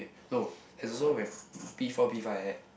eh no it's also when P four P five like that